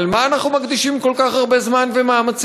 לשם מה אנחנו מקדישים כל כך הרבה זמן ומאמצים?